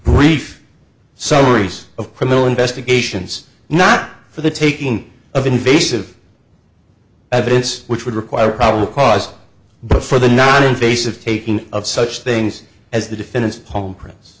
brief summaries of criminal investigations not for the taking of invasive evidence which would require probable cause before the noninvasive taking of such things as the defendant's palm prin